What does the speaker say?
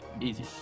Easy